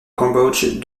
cambodge